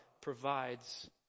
provides